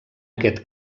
aquest